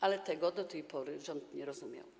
Ale tego do tej pory rząd nie rozumiał.